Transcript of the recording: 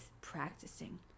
practicing